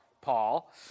Paul